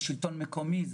שלטון מקומי,